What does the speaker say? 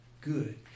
good